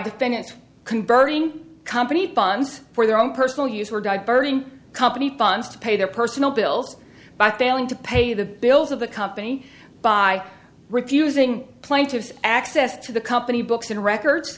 tenants converting company funds for their own personal use were diverting company funds to pay their personal built by failing to pay the bills of the company by refusing plaintiff's access to the company books and records